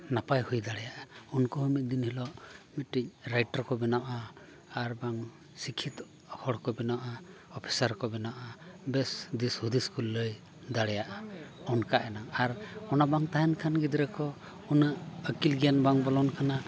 ᱱᱟᱯᱟᱭ ᱦᱩᱭ ᱫᱟᱲᱮᱭᱟᱜᱼᱟ ᱩᱱᱠᱩ ᱦᱚᱸ ᱢᱤᱫ ᱫᱤᱱ ᱦᱤᱞᱳᱜ ᱢᱤᱫᱴᱤᱡ ᱨᱟᱭᱴᱟᱨᱥ ᱠᱚ ᱵᱮᱱᱟᱜᱼᱟ ᱟᱨ ᱵᱟᱝ ᱥᱤᱠᱠᱷᱤᱛᱚ ᱦᱚᱲ ᱠᱚ ᱵᱮᱱᱟᱜᱼᱟ ᱚᱯᱷᱤᱥᱟᱨ ᱠᱚ ᱵᱮᱱᱟᱜᱼᱟ ᱵᱮᱥ ᱫᱤᱥ ᱦᱩᱫᱤᱥ ᱠᱚ ᱞᱟᱹᱭ ᱫᱟᱲᱮᱭᱟᱜᱼᱟ ᱚᱱᱠᱟ ᱮᱱᱟᱝ ᱟᱨ ᱚᱱᱟ ᱵᱟᱝ ᱛᱟᱦᱮᱱ ᱠᱷᱟᱱ ᱜᱤᱫᱽᱨᱟᱹ ᱠᱚ ᱩᱱᱟᱹᱜ ᱟᱹᱠᱤᱞ ᱜᱮᱭᱟᱱ ᱵᱟᱝ ᱵᱚᱞᱚᱱ ᱠᱟᱱᱟ